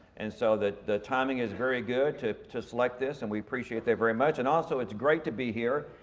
and so the the timing is very good to to select this. and we appreciate that very much. and also it's great to be here.